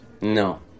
No